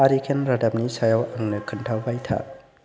hurricane रादाबनि सायाव आंनो खोन्थाबाय था